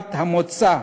מדינת המוצא,